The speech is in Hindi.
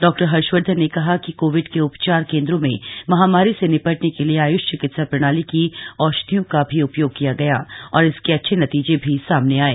डॉक्टर हर्षवर्धन ने कहा कि कोविड के उपचार केन्द्रों में महामारी से निपटने के लिए आयुष चिकित्सा प्रणाली की औषधियों का भी उपयोग किया गया और इसके अच्छे नतीजे भी सामने आये